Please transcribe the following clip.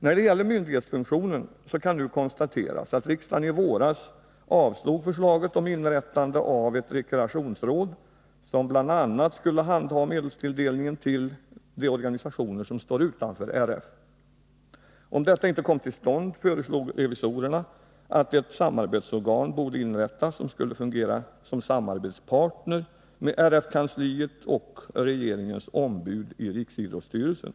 När det gäller myndighetsfunktionen kan nu konstateras att riksdagen i våras avslog förslaget om inrättande av ett rekreationsråd som bl.a. skulle handha medelstilldelningen till de organisationer som står utanför RF. Revisorerna föreslog att om ett rekreationsråd inte kom till stånd skulle ett samarbetsorgan inrättas, vilket skulle fungera som samarbetspartner med RF-kansliet och regeringens ombud i Riksidrottsstyrelsen.